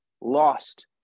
lost